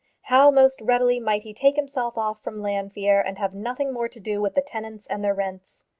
how most readily might he take himself off from llanfeare and have nothing more to do with the tenants and their rents?